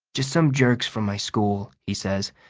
just some jerks from my school, he says.